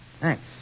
Thanks